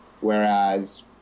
Whereas